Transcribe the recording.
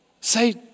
say